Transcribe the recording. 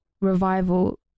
revival